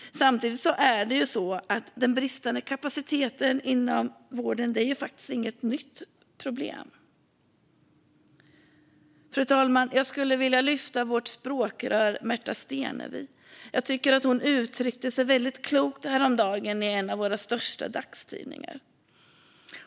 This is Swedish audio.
Samtidigt är den bristande kapaciteten inom vården faktiskt inget nytt problem. Fru talman! Jag skulle vilja lyfta fram vårt språkrör Märta Stenevi. Jag tycker att hon uttryckte sig väldigt klokt häromdagen i en av våra största dagstidningar.